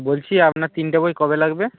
বলছি আপনার তিনটে বই কবে লাগবে